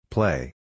Play